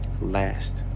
Last